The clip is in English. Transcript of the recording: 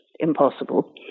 impossible